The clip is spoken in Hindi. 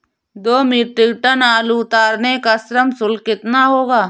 दो मीट्रिक टन आलू उतारने का श्रम शुल्क कितना होगा?